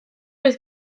oedd